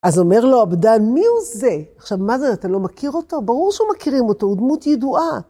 אז אומר לו, אבדן, מי הוא זה? עכשיו, מה זה? אתה לא מכיר אותו? ברור שמכירים אותו, הוא דמות ידועה.